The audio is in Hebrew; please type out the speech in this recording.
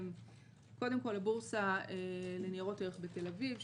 הן קודם כל הבורסה לניירות ערך בתל אביב,